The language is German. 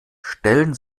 stellen